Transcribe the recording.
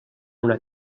una